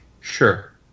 Sure